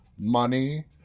money